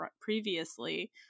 previously